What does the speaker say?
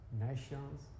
nations